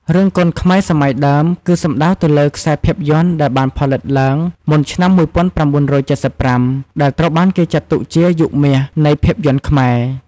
រឿងកុនខ្មែរសម័យដើម គឺសំដៅទៅលើខ្សែភាពយន្តដែលបានផលិតឡើងមុនឆ្នាំ១៩៧៥ ដែលត្រូវបានគេចាត់ទុកជា "យុគមាស" នៃភាពយន្តខ្មែរ។